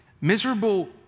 Miserable